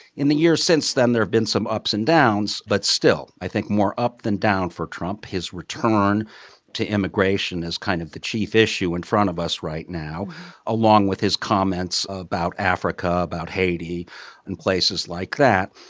in the years since then, there have been some ups and downs. but still, i think more up than down for trump. his return to immigration is kind of the chief issue in front of us right now along with his comments about africa, about haiti and places like that,